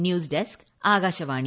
news desk Akashvani